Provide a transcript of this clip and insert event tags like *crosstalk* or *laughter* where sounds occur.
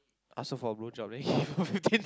ask her for a blowjob then you *laughs* fifteen